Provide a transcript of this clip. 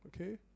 okay